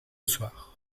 soir